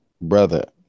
brother